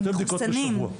שתי בדיקות בשבוע.